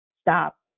stop